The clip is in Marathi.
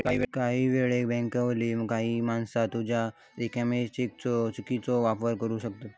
काही वेळेक बँकवाली काही माणसा तुझ्या रिकाम्या चेकचो चुकीचो वापर करू शकतत